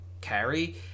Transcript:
carry